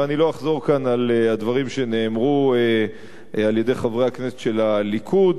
ואני לא אחזור כאן על הדברים שנאמרו על-ידי חברי הכנסת של הליכוד,